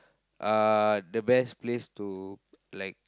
uh the best place to like